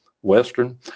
western